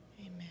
Amen